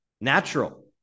natural